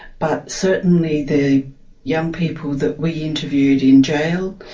but certainly the young people that we interviewed in jail,